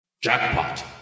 Jackpot